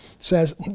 Says